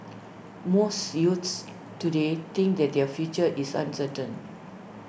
most youths today think that their future is uncertain